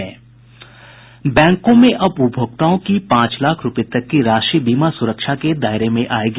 बैंकों में अब उपभोक्ताओं की पांच लाख रूपये तक की राशि बीमा सुरक्षा के दायरे में आयेगी